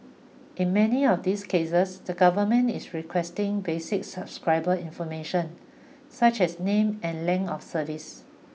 in many of these cases the government is requesting basic subscriber information such as name and length of service